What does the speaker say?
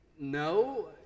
no